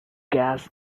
gas